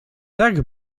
tak